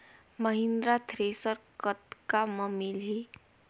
Mahindra thresher कतका म मिलही?